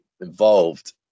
involved